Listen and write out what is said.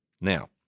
Now